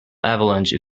avalanche